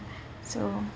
so